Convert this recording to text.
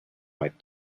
might